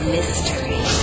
Mystery